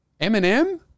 Eminem